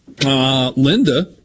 Linda